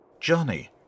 Johnny